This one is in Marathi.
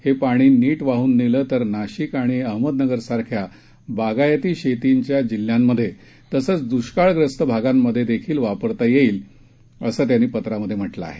हे पाणी नीट वाहन नेलं तर नाशिक आणि अहमदनगरसारख्या बागायती शेतींच्या जिल्ह्यांमधे तसंच द्ष्काळग्रस्त भागांमधेही वापरता येईल असं त्यांनी पत्रात म्हटलं आहे